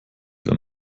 wenn